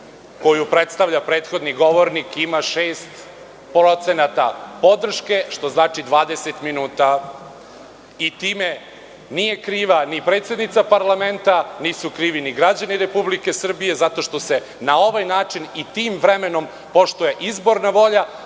koju predstavlja prethodni govornik ima 6% podrške, što znači 20 minuta. Za to nije kriva ni predsednica parlamenta, a nisu krivi ni građani Republike Srbije, zato što se na ovaj način i tim vremenom poštuje izborna volja,